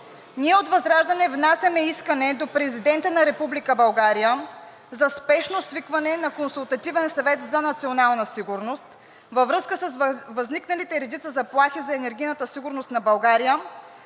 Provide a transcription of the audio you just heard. ние от ВЪЗРАЖДАНЕ внасяме искане до Президента на Република България за спешно свикване на Консултативен съвет за национална сигурност във връзка с възникналите редица заплахи за енергийната сигурност на България